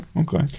okay